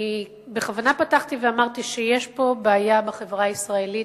בכוונה פתחתי ואמרתי שיש בעיה בחברה הישראלית,